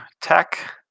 tech